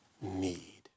need